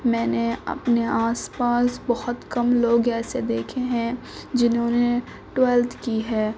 میں نے اپنے آس پاس بہت کم لوگ ایسے دیکھے ہیں جنہوں نے ٹویلتھ کی ہے